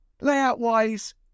Layout-wise